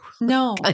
No